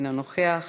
אינו נוכח,